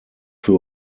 für